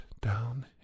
down